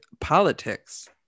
politics